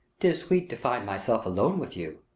tis sweet to find myself alone with you.